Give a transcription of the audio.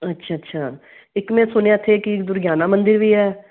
ਅੱਛਾ ਅੱਛਾ ਇੱਕ ਮੈਂ ਸੁਣਿਆ ਇੱਥੇ ਕਿ ਦੁਰਗਿਆਨਾ ਮੰਦਿਰ ਵੀ ਹੈ